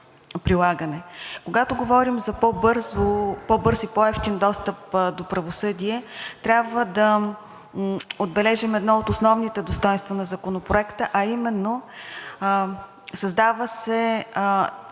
Когато говорим за по-бърз и по-евтин достъп до правосъдие, трябва да отбележим едно от основните достойнства на Законопроекта, а именно създава се